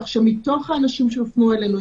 כך שמתוך האנשים שהופנו אלינו,